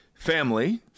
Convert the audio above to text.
Family